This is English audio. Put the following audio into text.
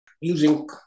using